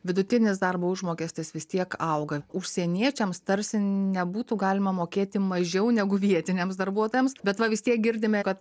vidutinis darbo užmokestis vis tiek auga užsieniečiams tarsi nebūtų galima mokėti mažiau negu vietiniams darbuotojams bet va vis tiek girdime kad